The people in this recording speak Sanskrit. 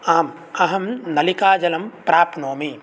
आम् अहं नलिकाजलं प्राप्नोमि